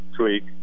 tweak